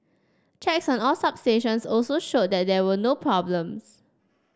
checks on all substations also showed that there were no problems